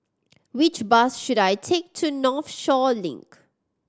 which bus should I take to Northshore Link